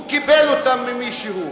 הוא קיבל אותן ממישהו.